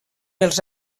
els